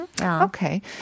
Okay